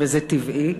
וזה טבעי,